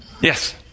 Yes